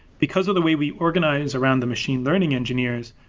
because of the way we organize around the machine learning engineers,